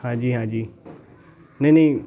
हाँ जी हाँ जी नहीं नहीं